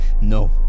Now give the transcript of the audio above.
No